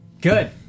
good